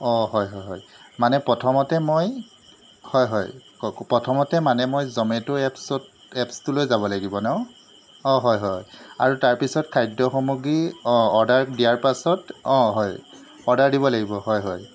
অঁ হয় হয় হয় মানে প্ৰথমতে মই হয় হয় কওক প্ৰথমতে মানে মই জমেট' এপছত এপছটোলৈ যাব লাগিব নহ্ অঁ হয় হয় আৰু তাৰপিছত খাদ্য সামগ্ৰী অঁ অৰ্ডাৰ দিয়াৰ পাছত অঁ হয় অৰ্ডাৰ দিব লাগিব হয় হয়